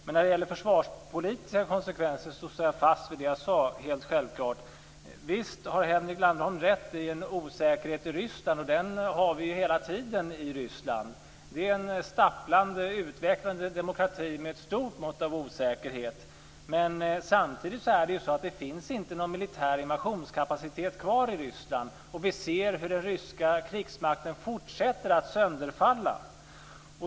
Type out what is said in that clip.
Men när det gäller försvarspolitiska konsekvenser står jag självklart fast vid vad jag sade. Visst har Henrik Landerholm rätt när det gäller osäkerheten i Ryssland. Den har vi hela tiden. Det är en stapplande utvecklande demokrati med ett stort mått av osäkerhet. Samtidigt finns det ingen militär invasionskapacitet kvar i Ryssland. Vi ser hur den ryska krigsmakten fortsätter att sönderfalla.